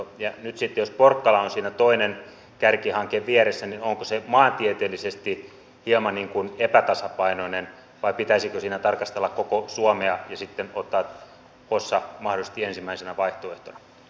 nyt sitten jos porkkala on siinä toinen kärkihanke vieressä niin onko se maantieteellisesti hieman epätasapainoinen vai pitäisikö siinä tarkastella koko suomea ja sitten ottaa hossa mahdollisesti ensimmäisenä vaihtoehtona